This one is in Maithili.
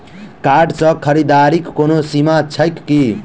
कार्ड सँ खरीददारीक कोनो सीमा छैक की?